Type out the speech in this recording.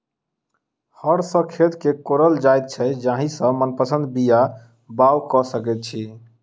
हर सॅ खेत के कोड़ल जाइत छै जाहि सॅ मनपसंद बीया बाउग क सकैत छी